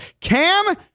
cam